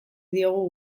diogu